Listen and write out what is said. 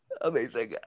Amazing